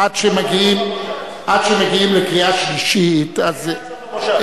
שמגיעים לקריאה שלישית, זה יהיה עד סוף המושב.